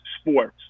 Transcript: sports